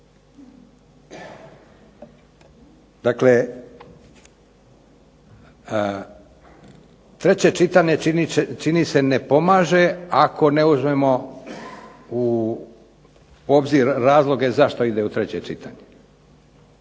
Dakle treće čitanje čini se pomaže ako ne uzmemo u obzir razloge zašto ide u treće čitanje.